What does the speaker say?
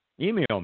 Email